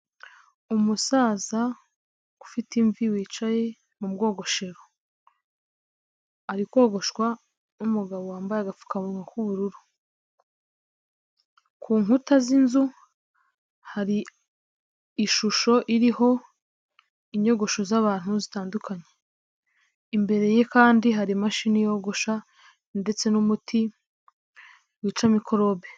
Umusaza ufite imvi wicaye mu bwogoshero, ari kogoshwa n'umugabo wambaye agapfukamunwa k'ubururu, ku nkuta z'inzu hari ishusho iriho inyogosho z'abantu zitandukanye, imbere ye kandi hari imashini yogosha ndetse n'umuti wica mikorobe.